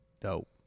Dope